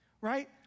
Right